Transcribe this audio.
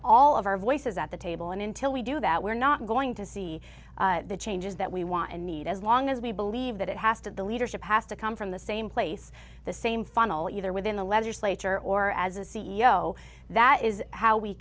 all of our voices at the table and until we do that we're not going to see the changes that we want and need as long as we believe that it has to the leadership has to come from the same place the same funnel either within the legislature or as a c e o that is how we